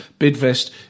Bidvest